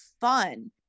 fun